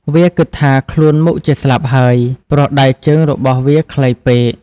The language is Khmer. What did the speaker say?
វាគិតថាខ្លួនមុខជាស្លាប់ហើយ ព្រោះដៃជើងរបស់វាខ្លីពេក។